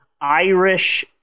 Irish